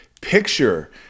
picture